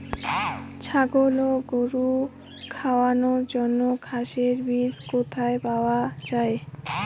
ছাগল ও গরু খাওয়ানোর জন্য ঘাসের বীজ কোথায় পাওয়া যায়?